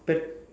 but